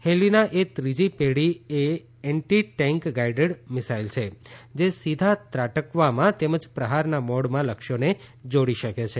હેલિના એ ત્રીજી પેઢી એ એન્ટી ટેન્ક ગાઇડેડ મિસાઇલ છે જે સીધા ત્રાટકવામાં તેમજ પ્રહારના મોડમાં લક્ષ્યોને જોડી શકે છે